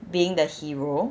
being the hero